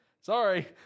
sorry